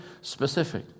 specific